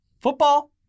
Football